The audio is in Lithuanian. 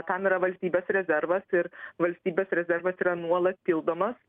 tam yra valstybės rezervas ir valstybės rezervas yra nuolat pildomas